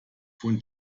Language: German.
von